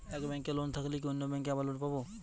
এক ব্যাঙ্কে লোন থাকলে কি অন্য ব্যাঙ্কে আবার লোন পাব?